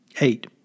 Eight